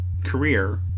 career